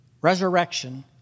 resurrection